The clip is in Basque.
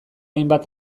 hainbat